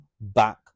back